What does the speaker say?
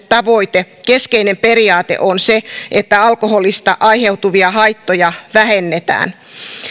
tavoite keskeinen periaate on se että alkoholista aiheutuvia haittoja vähennetään